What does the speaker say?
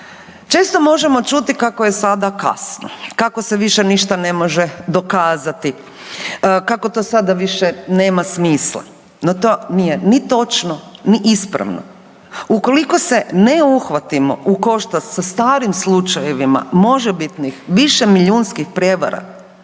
Često možemo čuti kako je sada kasno, kako se ne može više ništa dokazati, kako to sada više nema smisla. No, to nije ni točno ni ispravno. Ukoliko se ne uhvatimo u koštac sa starim slučajevima možebitnih višemilijunskih prijevara,